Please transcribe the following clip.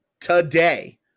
today